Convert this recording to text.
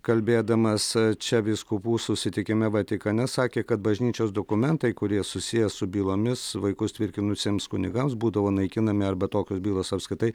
kalbėdamas čia vyskupų susitikime vatikane sakė kad bažnyčios dokumentai kurie susiję su bylomis vaikus tvirkinusiems kunigams būdavo naikinami arba tokios bylos apskritai